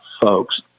folks